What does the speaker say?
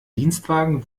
dienstwagen